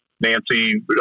Nancy